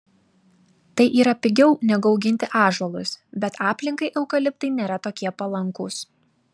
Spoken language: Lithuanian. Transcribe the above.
tai yra pigiau negu auginti ąžuolus bet aplinkai eukaliptai nėra tokie palankūs